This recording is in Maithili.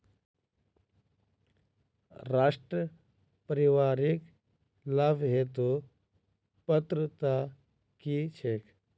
राष्ट्रीय परिवारिक लाभ हेतु पात्रता की छैक